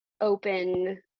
open